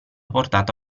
portato